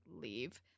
leave